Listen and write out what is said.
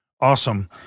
awesome